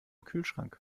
kühlschrank